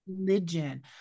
religion